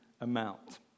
amount